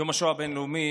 יום השואה הבין-לאומי